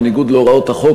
בניגוד להוראות החוק,